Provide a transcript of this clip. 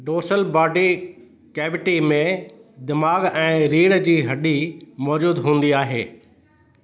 dorsal body cavity में दिमाग़ ऐं रीढ़ जी हडी मौज़ूदु हूंदी आहे